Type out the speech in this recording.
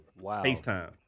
FaceTime